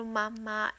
mama